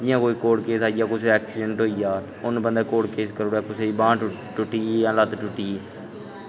जि'यां कोई court case आईया कुसै दा ऐक्सिडैंट होई जा हून कोई कोर्ट केस करी ओड़ै कुसे दी बांह् टुट्टी जां लत्त टुट्टी